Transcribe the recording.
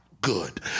good